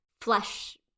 flesh